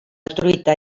truita